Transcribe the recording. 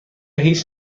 هیچ